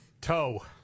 Toe